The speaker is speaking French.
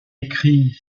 écrit